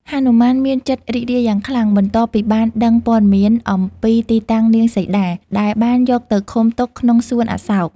ហនុមានមានចិត្តរីករាយយ៉ាងខ្លាំង បន្ទាប់ពីបានដឹងព័ត៌មានអំពីទីតាំងនាងសីតា ដែលបានយកទៅឃុំទុកក្នុងសួនអសោក។